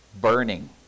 burning